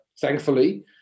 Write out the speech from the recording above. thankfully